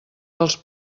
dels